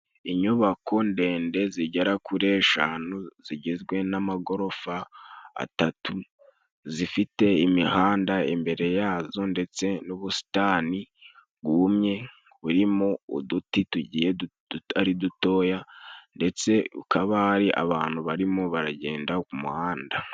Inyubako ndende zigera kuri eshanu zigizwe n'amagorofa atatu, zifite imihanda imbere yazo ndetse n'ubusitani bwumye burimo uduti tugiye ari dutoya, ndetse ukaba hari abantu barimo baragenda ku muhanda.